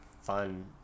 fun